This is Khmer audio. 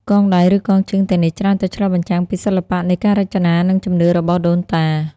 កងដៃឬកងជើងទាំងនេះច្រើនតែឆ្លុះបញ្ចាំងពី សិល្បៈនៃការរចនា និង ជំនឿ របស់ដូនតា។